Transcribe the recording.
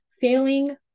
Failing